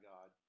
God